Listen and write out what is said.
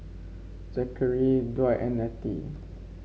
Zachary Dwight and Nettie